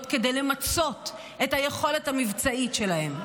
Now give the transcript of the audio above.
כדי למצות את היכולת המבצעית שלהם.